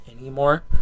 anymore